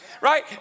right